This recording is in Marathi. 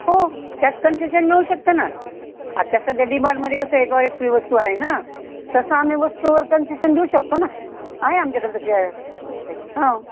हो त्यात कन्सेशन मिळू शकतं ना आता सध्या डीमार्टमध्ये कसं एकावर एक फ्री वस्तू आहे ना तसं आम्ही वस्तूवर कन्सेशन देऊ शकतो ना आहे आमच्याकडे तशी हे हो